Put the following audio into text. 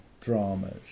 dramas